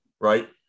right